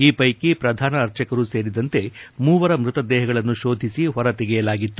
ಈ ಪೈಕಿ ಪ್ರಧಾನ ಅರ್ಚಕರು ಸೇರಿದಂತೆ ಮೂವರ ಮೃತದೇಹಗಳನ್ನು ಶೋಧಿಸಿ ಹೊರತೆಗೆಯಲಾಗಿತ್ತು